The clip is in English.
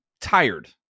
tired